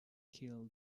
kill